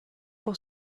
pour